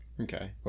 Okay